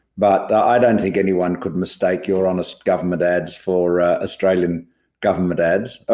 but i don't think anyone could mistake your honest government ads for australian government ads.